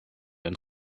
den